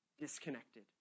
disconnected